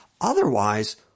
Otherwise